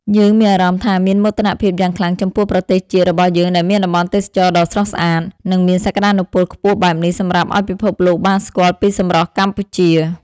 យើងមានអារម្មណ៍ថាមានមោទនភាពយ៉ាងខ្លាំងចំពោះប្រទេសជាតិរបស់យើងដែលមានតំបន់ទេសចរណ៍ដ៏ស្រស់ស្អាត និង មានសក្តានុពលខ្ពស់បែបនេះសម្រាប់ឱ្យពិភពលោកបានស្គាល់ពីសម្រស់កម្ពុជា។